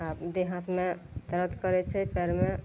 देह हाथमे दरद करै छै पाएरमे